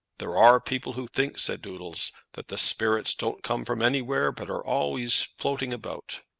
there are people who think, said doodles, that the spirits don't come from anywhere, but are always floating about.